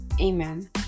Amen